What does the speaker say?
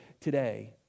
today